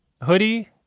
hoodie